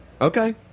Okay